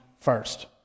first